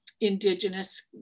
indigenous